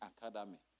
Academy